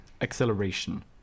Acceleration